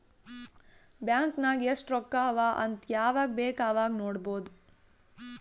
bank ನಾಗ್ ಎಸ್ಟ್ ರೊಕ್ಕಾ ಅವಾ ಅಂತ್ ಯವಾಗ ಬೇಕ್ ಅವಾಗ ನೋಡಬೋದ್